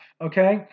okay